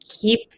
keep